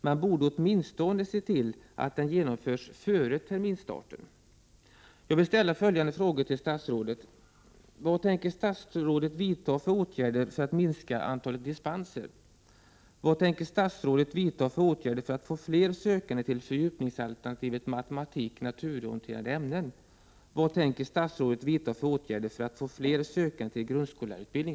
Man borde åtminstone se till att kompletteringsutbildning genomförs före terminsstarten.